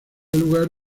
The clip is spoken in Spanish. lugar